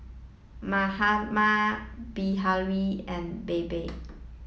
Mahatma Bilahari and Baba